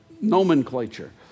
nomenclature